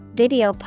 video